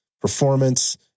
performance